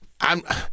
I'm-